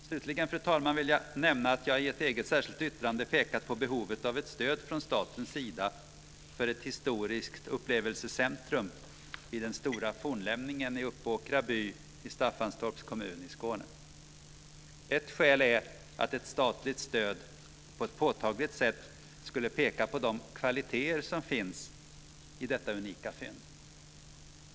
Slutligen, fru talman, vill jag nämna att jag i ett eget särskilt yttrande har pekat på behovet av stöd från statens sida för ett historiskt upplevelsecentrum vid den stora fornlämningen i Uppåkra by i Staffanstorps kommun i Skåne. Ett skäl är att ett statligt stöd på ett påtagligt sätt skulle peka på de kvaliteter som finns i detta unika fynd.